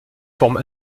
forme